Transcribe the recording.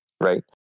right